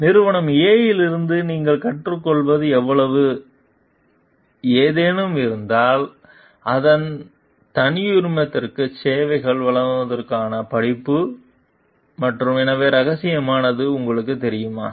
நிறுவனம் A இலிருந்து நீங்கள் கற்றுக்கொள்வது எவ்வளவு ஏதேனும் இருந்தால் அதன் தனியுரிமத்திற்கு சேவைகளை வழங்குவதற்கான படிப்பு மற்றும் எனவே ரகசியமானது உங்களுக்குத் தெரியுமா